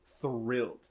thrilled